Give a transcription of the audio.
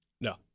No